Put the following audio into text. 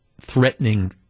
threatening